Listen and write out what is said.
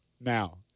Now